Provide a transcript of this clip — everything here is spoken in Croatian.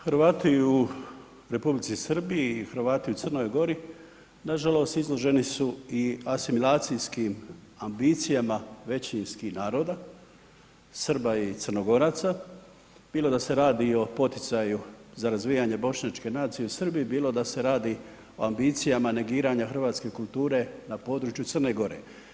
Hrvati u Republici Srbiji i Hrvati u Crnoj Gori nažalost izloženi su i asimilacijskim ambicijama većinskih naroda, Srba i Crnogoraca, bilo da se radi o poticaju za razvijanje Bošnjačke nacije u Srbiji, bilo da se radi o ambicijama negiranja hrvatske kulture na području Crne Gore.